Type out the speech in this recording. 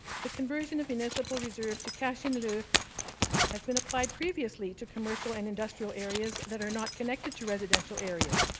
the conversion of municipal reserve to cash in lieu has been applied previously to commercial and industrial areas that are not connected to residential areas.